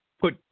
put